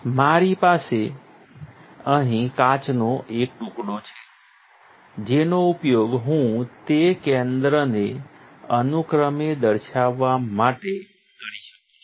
મારી પાસે અહીં કાચનો એક ટુકડો છે જેનો ઉપયોગ હું તે કેન્દ્રને અનુક્રમે દર્શાવવા માટે કરી શકું છું